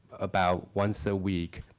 about once a week,